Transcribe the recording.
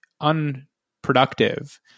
unproductive